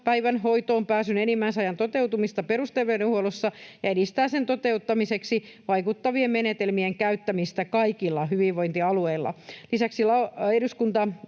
päivän hoitoonpääsyn enimmäisajan toteutumista perusterveydenhuollossa ja edistää sen toteutumiseksi vaikuttavien menetelmien käyttämistä kaikilla hyvinvointialueilla. Lisäksi sosiaali-